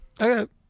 Okay